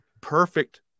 perfect